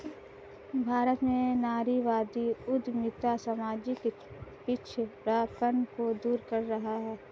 भारत में नारीवादी उद्यमिता सामाजिक पिछड़ापन को दूर कर रहा है